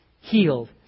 healed